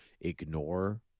ignore